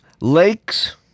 lakes